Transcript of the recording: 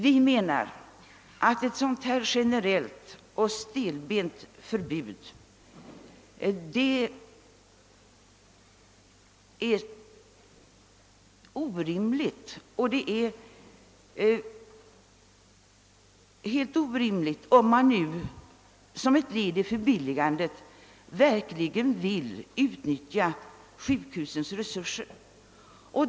Vi menar att ett så stelbent och generellt förbud är helt orimligt — om man som ett led i förbilligandet verkligen vill utnyttja sjukhusens resurser.